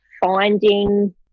finding